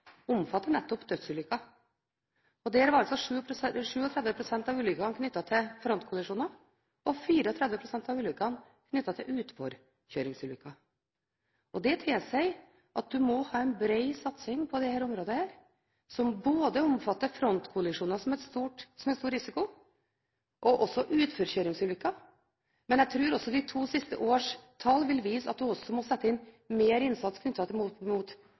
omfatter nettopp dødsulykker. Der var 37 pst. av ulykkene knyttet til frontkollisjoner og 34 pst. av ulykkene knyttet til utforkjøringer. Det tilsier at man må ha en bred satsing på dette området, som omfatter både frontkollisjoner som en stor risiko og utforkjøringsulykker. Men jeg tror også de to siste års tall vil vise at man må sette inn mer innsats knyttet til